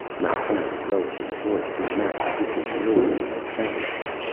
mapfarity lowered his voice to match the distant roar of a cataract.